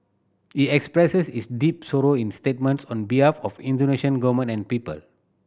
he expresses his deep sorrow in statements on behalf of Indonesian Government and people